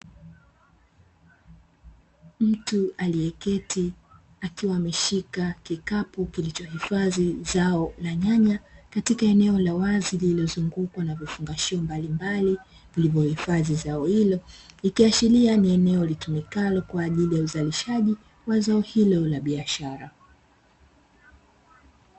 Mtu aliyeketi akiwa ameshika kikapu cha nyanya katika eneo la wazi lililozungukwa na vifungashio mbalimbali vilivyohifadhi zao hilo, ikiashiria ni eneo litumikalo kwa ajili ya uzalishaji wa zao hilo la biashara.